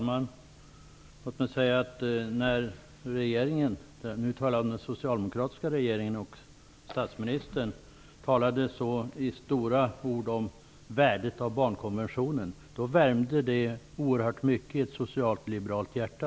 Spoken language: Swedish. Herr talman! När den socialdemokratiska regeringen och dess statsminister talade i stora ord om värdet av barnkonventionen värmde det oerhört mycket i ett socialliberalt hjärta.